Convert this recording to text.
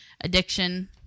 addiction